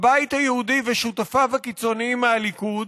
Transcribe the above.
הבית היהודי ושותפיו הקיצונים מהליכוד